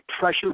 pressure